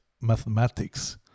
mathematics